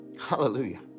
Hallelujah